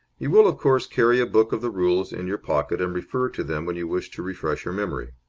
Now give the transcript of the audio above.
you will, of course, carry a book of the rules in your pocket and refer to them when you wish to refresh your memory.